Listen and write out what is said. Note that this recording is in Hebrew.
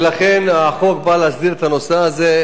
ולכן החוק בא להסדיר את הנושא הזה.